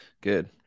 good